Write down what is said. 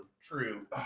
true